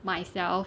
myself